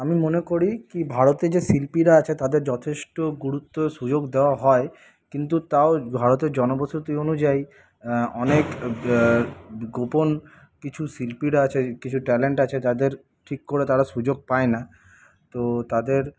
আমি মনে করি কি ভারতে যে শিল্পীরা আছে তাদের যথেষ্ট গুরুত্ব ও সুযোগ দেওয়া হয় কিন্তু তাও ভারতে জনবসতি অনুযায়ী অনেক গোপন কিছু শিল্পীরা আছে কিছু ট্যালেন্ট আছে যাদের ঠিক করে তারা সুযোগ পায় না তো তাদের